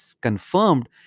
confirmed